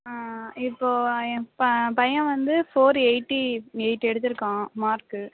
இப்போது என் பா பையன் வந்து ஃபோர் எயிட்டி எயிட் எடுத்திருக்கான் மார்க்கு